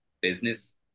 business